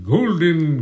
Golden